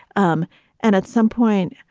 um and at some point,